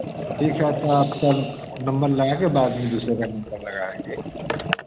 ठीक है तो आप कल नंबर लगाकर बाद में दूसरे का नंबर लगाएँगे